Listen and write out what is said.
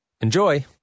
Enjoy